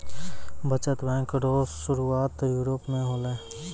बचत बैंक रो सुरुआत यूरोप मे होलै